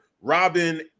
Robin